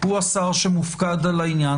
הוא השר שמופקד על העניין,